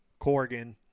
Corgan